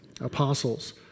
apostles